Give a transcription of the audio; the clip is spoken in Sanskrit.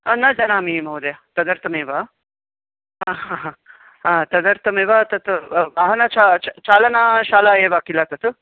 न जानामि महोदय तदर्थमेव तदर्थमेव तत् वाहन चालनशाला एव किल तत्